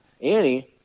Annie